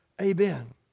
Amen